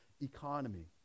economy